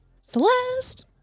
Celeste